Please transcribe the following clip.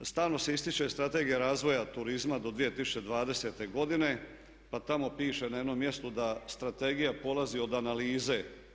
Stalno se ističe Strategija razvoja turizma do 2020. godine, pa tamo piše na jednom mjestu da strategije polazi od analize.